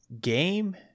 game